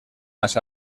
más